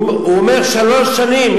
הוא אומר: שלוש שנים,